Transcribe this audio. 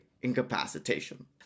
incapacitation